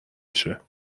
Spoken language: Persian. بشه